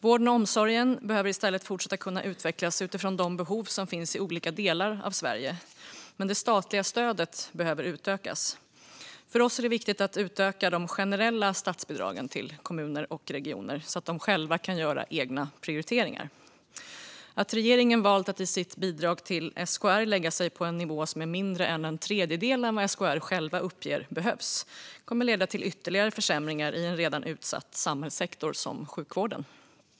Vården och omsorgen behöver i stället kunna fortsätta utvecklas utifrån de behov som finns i olika delar av Sverige, men det statliga stödet behöver utökas. För oss är det viktigt att öka de generella statsbidragen till kommuner och regioner så att de själva kan göra egna prioriteringar. Att regeringen valt att lägga sitt bidrag till Sveriges kommuner och regioner på en nivå som är mindre än en tredjedel av vad de själva uppger behövs kommer att leda till ytterligare försämringar i en redan utsatt samhällssektor som sjukvården.